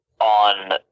on